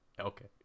Okay